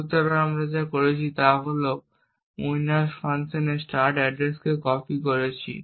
সুতরাং আমরা যা করেছি তা হল আমরা winner ফাংশনের স্টার্ট অ্যাড্রেস কপি করেছি